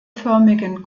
förmigen